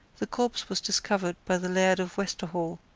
the corpse was discovered by the laird of westerhall,